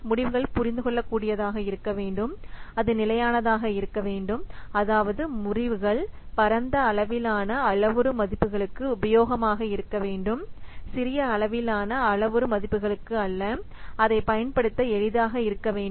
முடிவுகள் புரிந்துகொள்ளக்கூடியதாக இருக்க வேண்டும் அது நிலையானதாக இருக்க வேண்டும் அதாவது முடிவுகள் பரந்த அளவிலான அளவுரு மதிப்புகளுக்கு உபயோகம் ஆக வேண்டும் சிறிய அளவிலான அளவுரு மதிப்புகளுக்கு அல்ல அதைப் பயன்படுத்த எளிதாக இருக்க வேண்டும்